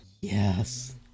Yes